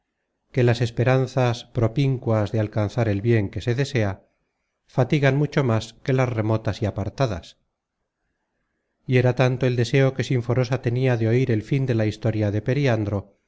que las esperanzas propíncuas de alcanzar el bien que se desea fatigan mucho más que las remotas y apartadas y era tanto el deseo que sinforosa tenia de oir el fin de la historia de periandro